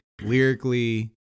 lyrically